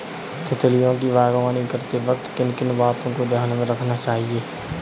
तितलियों की बागवानी करते वक्त किन किन बातों को ध्यान में रखना चाहिए?